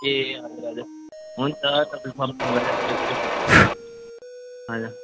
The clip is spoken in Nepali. ए हजुर हजुर हुन्छ तपाईँ हजुर